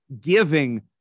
giving